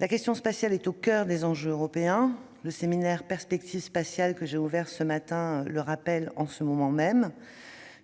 La question spatiale est au coeur des enjeux européens. Le séminaire Perspectives spatiales, que j'ai ouvert ce matin, le rappelle en ce moment même. Naturellement,